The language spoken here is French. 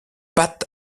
pat